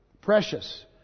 precious